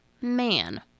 Man